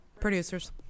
Producers